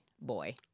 boy